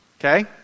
Okay